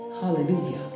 Hallelujah